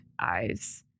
eyes